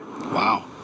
Wow